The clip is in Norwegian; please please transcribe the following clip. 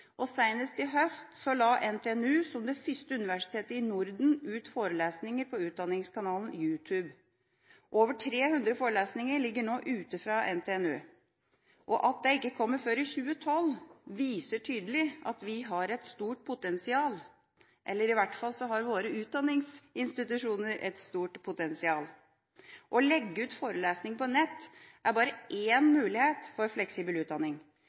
la NTNU, som det første universitetet i Norden, ut forelesninger på utdanningskanalen til YouTube. Over 300 forelesninger ligger nå ute fra NTNU. At det ikke kommer før i 2012, viser tydelig at våre utdanningsinstitusjoner har et stort potensial. Å legge ut forelesninger på nett er bare én mulighet for fleksibel utdanning.